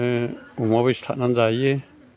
जोङो अमाबो सिथारनानै जायो